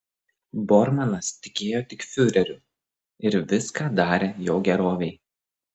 bormanas tikėjo tik fiureriu ir viską darė jo gerovei